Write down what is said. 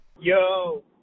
Yo